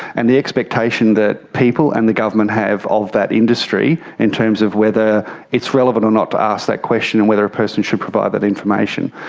and the expectation that people and the government have of that industry in terms of whether it's relevant or not to ask that question and whether a person should provide that information.